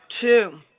Two